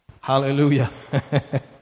Hallelujah